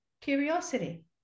curiosity